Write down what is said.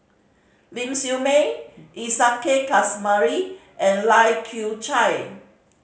Ling Siew May Isa Kamari and Lai Kew Chai